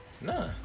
Nah